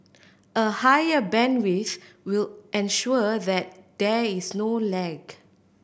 a higher bandwidth will ensure that there is no lag